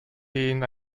denen